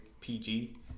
PG